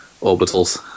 orbitals